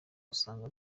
usanga